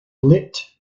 lit